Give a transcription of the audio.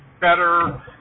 better